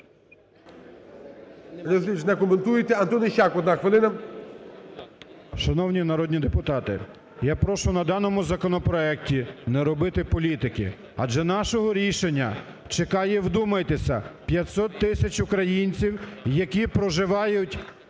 Шановні народні депутати, я прошу на даному законопроекті не робити політики. Адже нашого рішення чекає, вдумайтеся, 500 тисяч українців, які проживають